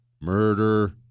Murder